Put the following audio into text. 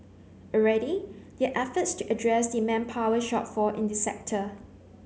already there are efforts to address the manpower shortfall in the sector